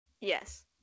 yes